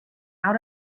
out